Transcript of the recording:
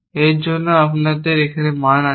এই জন্য আমাদের এই মান আছে